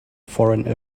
foreign